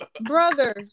brother